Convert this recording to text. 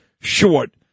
short